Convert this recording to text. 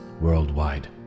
worldwide